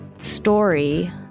Story